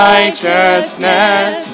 Righteousness